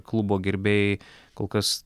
klubo gerbėjai kol kas